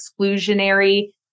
exclusionary